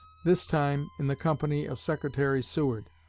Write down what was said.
this time in the company of secretary seward.